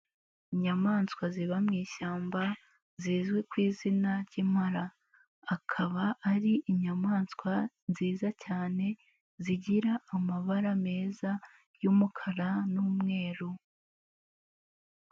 Inyamaswa ziba mu ishyamba zizwi ku izina ry'impara, akaba ari inyamaswa nziza cyane zigira amabara meza y'umukara n'umweru.